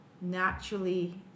naturally